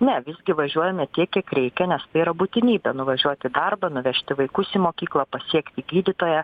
ne visgi įvažiuojame tiek kiek reikia nes tai yra būtinybė nuvažiuot į darbą nuvežti vaikus į mokyklą pasiekti gydytoją